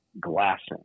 glassing